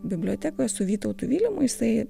bibliotekoje su vytautu vilimu jisai